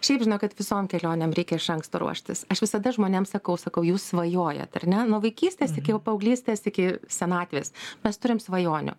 šiaip žinokit visom kelionėm reikia iš anksto ruoštis aš visada žmonėm sakau sakau jūs svajojat ar ne nuo vaikystės iki paauglystės iki senatvės mes turim svajonių